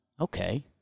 Okay